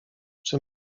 czy